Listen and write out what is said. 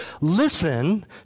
listen